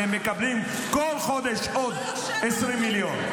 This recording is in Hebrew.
והן מקבלות כל חודש עוד 20 מיליון.